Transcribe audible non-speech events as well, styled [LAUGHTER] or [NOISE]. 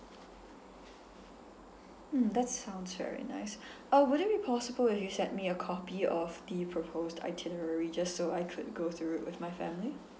hmm that sounds very nice [BREATH] uh would it be possible if you sent me a copy of the proposed itinerary just so I could go through it with my family